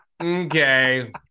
Okay